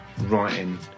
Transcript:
writing